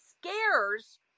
scares